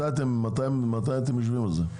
מתי אתם יושבים על זה?